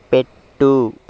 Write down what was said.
పెట్టు